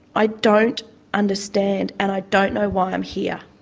i don't understand, and i don't know why i'm here.